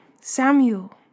Samuel